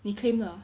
你 claim 了 ah